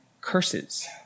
curses